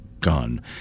gun